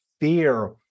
fear